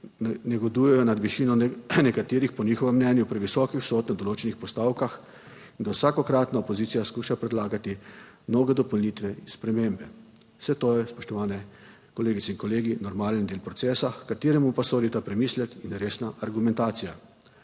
negodujejo nad višino nekaterih, po njihovem mnenju previsokih vsot na določenih postavkah in da vsakokratna opozicija skuša predlagati nove dopolnitve in spremembe. Vse to je, spoštovane kolegice in kolegi, normalen del procesa, h kateremu pa sodi ta premislek in resna argumentacija.